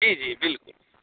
जी जी बिलकुल